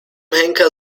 henker